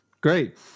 Great